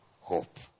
hope